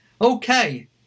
okay